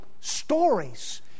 stories